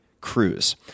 Cruz